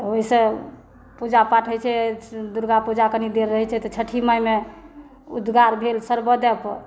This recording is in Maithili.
ओहिसॅं पूजा पाठ होइ छै दुर्गा पूजा कनि देर रहै छै तऽ छठि मायमे उद्गार भेल सर्वोदयके